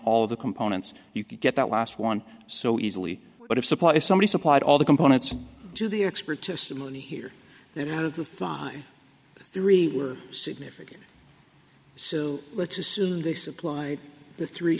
of the components you could get that last one so easily but if supply is somebody supplied all the components to the expert testimony here that of the five three were significant so let's assume they supply the three